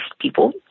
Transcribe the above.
people